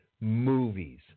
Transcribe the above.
movies